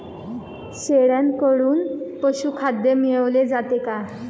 शेळ्यांकडून पशुखाद्य मिळवले जाते का?